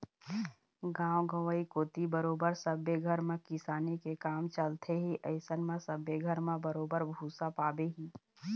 गाँव गंवई कोती बरोबर सब्बे घर म किसानी के काम चलथे ही अइसन म सब्बे घर म बरोबर भुसा पाबे ही